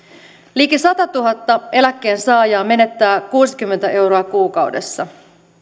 liki satatuhatta eläkkeensaajaa menettää kuusikymmentä euroa kuussa